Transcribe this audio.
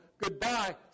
Goodbye